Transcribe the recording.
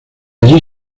allí